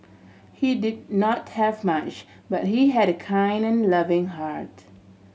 he did not have much but he had a kind loving heart